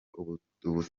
ubutunzi